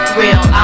real